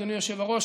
אדוני היושב-ראש,